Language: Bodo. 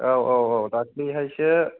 औ औ औ दाख्लैहायसो